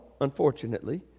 unfortunately